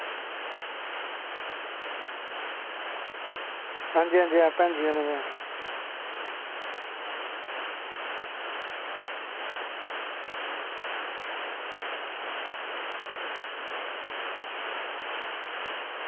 अंजी अंजी आं भैन जदी होरें ईं बी